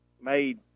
made